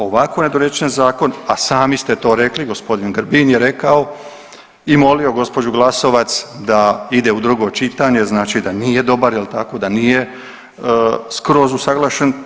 Ovako nedorečen zakon, a sami ste to rekli gospodin Grbin je rekao i molio gospođu Glasovac da ide u drugo čitanje, znači da nije dobar jel' tako, da nije skroz usuglašen.